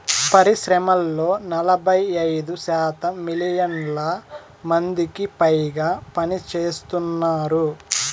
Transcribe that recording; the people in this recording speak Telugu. పరిశ్రమల్లో నలభై ఐదు శాతం మిలియన్ల మందికిపైగా పనిచేస్తున్నారు